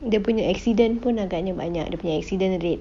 dia punya accident pun agaknya banyak the accident rate